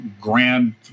grand